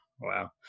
Wow